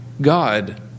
God